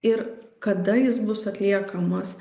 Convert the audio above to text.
ir kada jis bus atliekamas